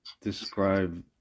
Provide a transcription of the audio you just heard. describe